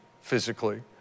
physically